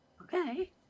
Okay